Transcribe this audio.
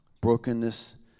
Brokenness